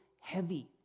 heavy